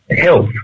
health